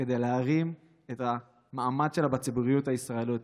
כדי להרים את המעמד שלה בציבוריות הישראלית.